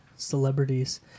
Celebrities